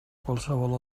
qualsevol